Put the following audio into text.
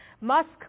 Musk